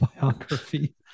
biography